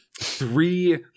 three